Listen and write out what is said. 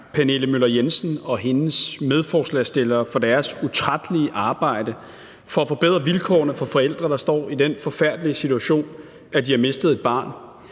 Pernille Møller Jensen og hendes medforslagsstillere for deres utrættelige arbejde med at forbedre vilkårene for forældre, der står i den forfærdelige situation, at de har mistet et barn.